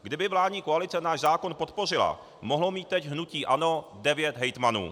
Kdyby vládní koalice náš zákon podpořila, mohlo mít teď hnutí ANO devět hejtmanů.